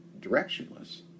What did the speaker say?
directionless